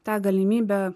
tą galimybę